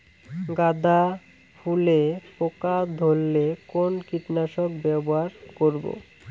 গাদা ফুলে পোকা ধরলে কোন কীটনাশক ব্যবহার করব?